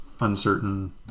uncertain